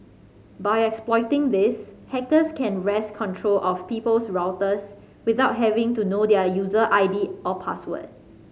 by exploiting this hackers can wrest control of people's routers without having to know their user I D or password